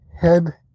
head